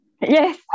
Yes